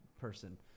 person